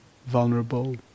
Vulnerable